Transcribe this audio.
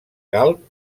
calb